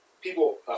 people